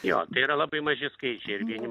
jo tai yra labai maži skaičiai ir vieni